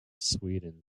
sweden